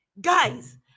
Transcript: guys